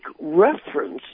reference